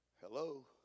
Hello